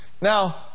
Now